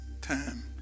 time